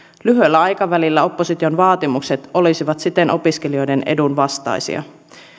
lyhyellä aikavälillä opposition vaatimukset olisivat siten opiskelijoiden edun vastaisia